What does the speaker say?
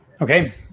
Okay